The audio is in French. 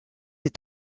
est